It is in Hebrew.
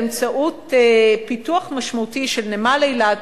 באמצעות פיתוח משמעותי של נמל אילת,